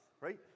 right